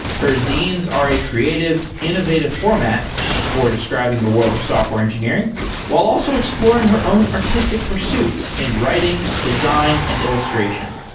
her zines are a creative, innovative format for describing the world of software engineering while also exploring her own artistic pursuits in writing, design and illustration.